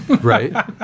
Right